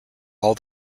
all